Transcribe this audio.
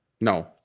no